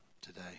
today